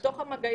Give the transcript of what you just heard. באזור אמצע